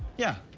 yeah.